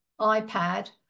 ipad